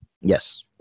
Yes